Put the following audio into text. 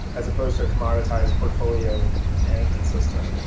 as opposed to our commoditized portfolio management system,